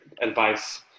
advice